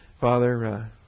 Father